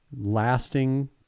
lasting